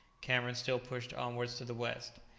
cameron still pushed onwards to the west.